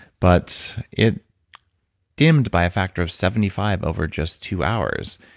but it dimmed by a factor of seventy five over just two hours.